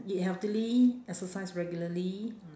eat healthily exercise regularly